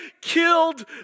killed